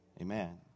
Amen